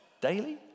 daily